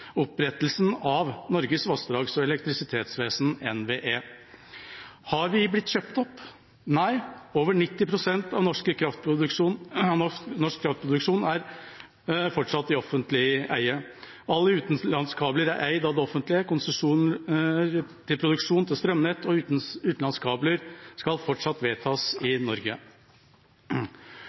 opprettelsen av Norges vassdrags- og elektrisitetsvesen, NVE. Har vi blitt kjøpt opp? Nei. Over 90 pst. av norsk kraftproduksjon er fortsatt i offentlig eie. Alle utenlandskabler er eid av det offentlige. Konsesjoner til produksjon, strømnett og utenlandskabler skal fortsatt vedtas i Norge.